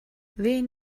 wen